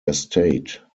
estate